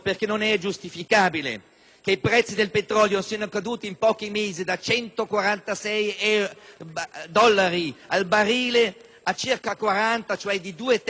che i costi del petrolio siano caduti, in pochi mesi, da 146 dollari al barile a circa 40 (cioè di due terzi), mentre i prezzi